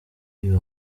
uyu